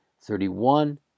thirty-one